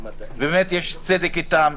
באמת יש צדק איתם.